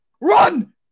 RUN